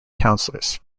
councillors